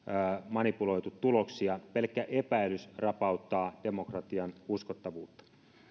manipuloitu tuloksia pelkkä epäilys rapauttaa demokratian uskottavuutta